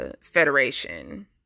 Federation